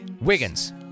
Wiggins